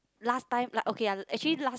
last time like okay [one] actually last